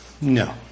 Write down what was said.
no